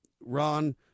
Ron